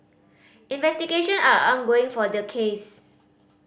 investigation are ongoing for the case